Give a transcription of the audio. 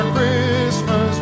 Christmas